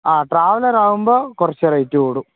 ആ ട്രാവലർ ആകുമ്പോൾ കുറച്ചു റേയ്റ്റ് കൂടും